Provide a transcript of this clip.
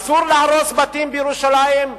אסור להרוס בתים בירושלים,